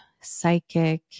psychic